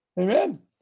Amen